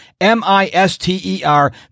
M-I-S-T-E-R